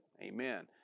Amen